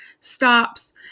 stops